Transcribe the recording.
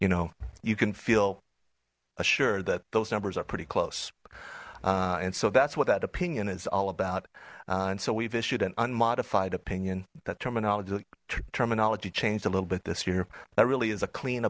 you know you can feel assured that those numbers are pretty close and so that's what that opinion is all about and so we've issued an unmodified opinion that terminology terminology changed a little bit this year there really is a clean